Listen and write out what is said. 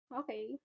okay